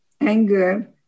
anger